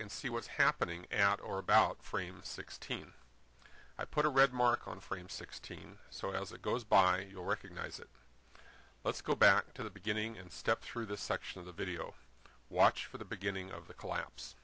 and see what's happening at or about frame of sixteen i put a red mark on frame sixteen so as it goes by you'll recognize it let's go back to the beginning and step through this section of the video watch for the beginning of the collapse